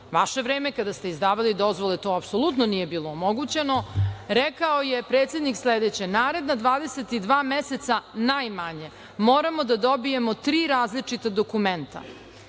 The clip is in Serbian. vaše vreme, kada ste izdavali dozvole, to apsolutno nije bilo omogućeno, rekao je predsednik sledeće: naredna 22 meseca najmanje moramo da dobijemo tri različita dokumenta.Za